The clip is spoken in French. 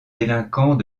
délinquants